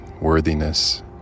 worthiness